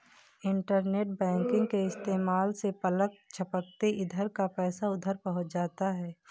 internet banking के इस्तेमाल से पलक झपकते इधर का पैसा उधर पहुँच जाता है